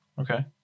Okay